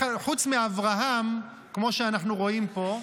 חוץ מאברהם, כמו שאנחנו רואים פה.